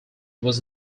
was